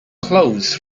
clothes